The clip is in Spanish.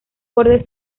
borde